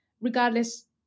regardless